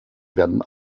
werden